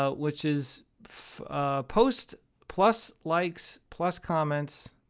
ah which is posts plus likes plus comments.